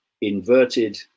inverted